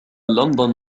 لندن